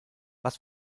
was